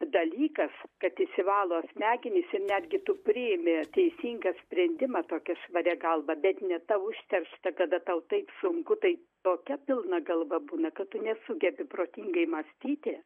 dalykas kad išsivalo smegenys ir netgi tu priimi teisingą sprendimą tokia švaria galva bet ne ta užteršta kada tau taip sunku tai tokia pilna galva būna kad tu nesugebi protingai mąstyti